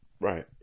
Right